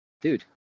dude